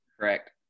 Correct